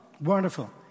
Wonderful